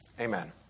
amen